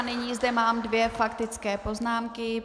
Nyní zde mám dvě faktické poznámky.